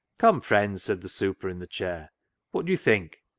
come, friends, said the super in the chair what do you think?